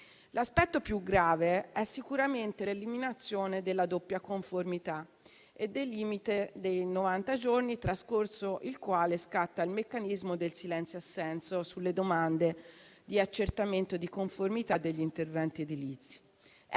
L'aspetto più grave è sicuramente l'eliminazione della doppia conformità e del limite dei novanta giorni, trascorso il quale scatta il meccanismo del silenzio assenso sulle domande di accertamento di conformità degli interventi edilizi.